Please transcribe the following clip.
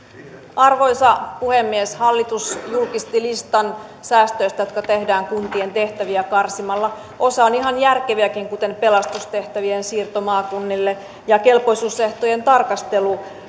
arvoisa puhemies hallitus julkisti listan säästöistä jotka tehdään kuntien tehtäviä karsimalla osa on ihan järkeviäkin kuten pelastustehtävien siirto maakunnille ja kelpoisuusehtojen tarkastelu